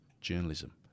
journalism